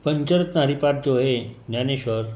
पंचरत्न हरिपाठ जो आहे ज्ञानेश्वर